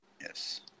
Yes